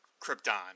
Krypton